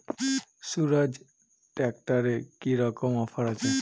স্বরাজ ট্র্যাক্টরে কি রকম অফার আছে?